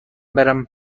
برم